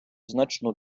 значну